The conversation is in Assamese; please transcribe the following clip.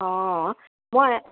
অঁ মই